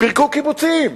פירקו קיבוצים.